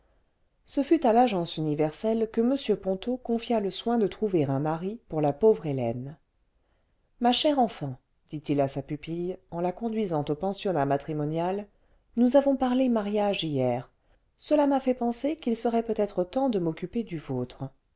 ce fut à y agence universelle que m ponto confia le soin de trouver un mari pour la pauvre hélène ce ma chère enfant dit-il à sa pupille en la conduisant au pensionnat le vingtième siècle matrimonial nous avons parlé mariage hier cela m'a fait penser qu'il serait peut-être temps de m'occuper du vôtre